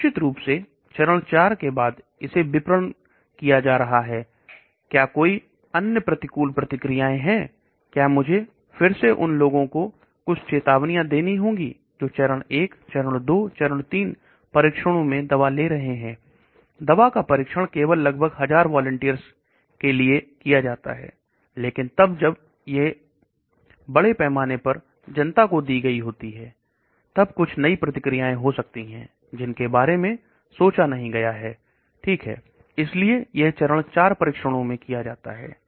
फिर निश्चित रूप से चरण 4 के बाद इसे विपणन किया जा रहा है या कोई अन्य प्रतिकूल प्रतिक्रिया हैं क्या मुझे फिर से उन लोगों को कुछ चेतावनी देनी होंगी जो चरण 1 चरण 2 चरण 3 परीक्षणों में दवा ले रहे थे दवा का परीक्षण केवल हजार वॉलिंटियर्स के लिए किया जाता है लेकिन जब यह बड़े पैमाने पर जनता को दी गई होती है तब कुछ नहीं प्रतिक्रियाएं हो सकती हैं जिनके बारे में सोचा नहीं गया है ठीक है इसलिए यह चरणों में पूरा किया जाता है